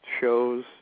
shows